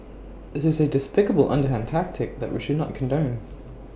this is A despicable underhand tactic that we should not condone